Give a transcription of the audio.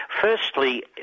firstly